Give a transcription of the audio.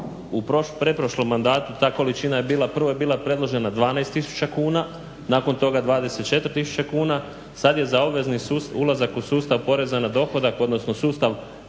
u pretprošlom mandatu ta količina je bila, prvo je bila predložena 12 tisuća kuna, nakon toga 24 tisuće kuna, sad je za obvezni ulazak u sustav poreza na dohodak, odnosno sustav